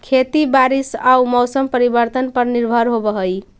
खेती बारिश आऊ मौसम परिवर्तन पर निर्भर होव हई